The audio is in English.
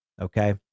Okay